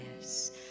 Yes